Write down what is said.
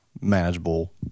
manageable